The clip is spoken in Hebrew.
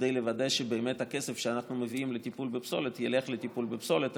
כדי לוודא שהכסף שאנחנו מביאים לטיפול בפסולת ילך לטיפול בפסולת.